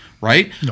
right